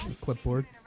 Clipboard